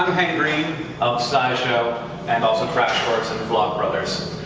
hank green of scishow and also crashcourse and vlogbrothers.